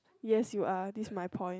yes you are this my point